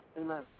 Amen